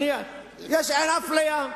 אין אפליה.